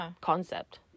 concept